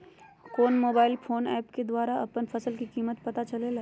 कौन mobile phone app के द्वारा अपन फसल के कीमत पता चलेगा?